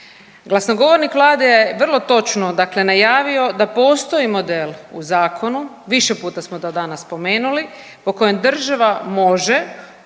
Glasnogovornik vlade je vrlo točno dakle najavio da postoji model u zakonu, više puta smo to danas spomenuli, po kojem država može